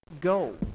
go